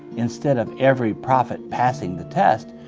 instead of every prophet passing the test,